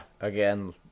again